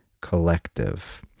Collective